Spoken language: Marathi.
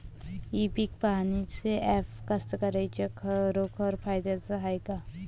इ पीक पहानीचं ॲप कास्तकाराइच्या खरोखर फायद्याचं हाये का?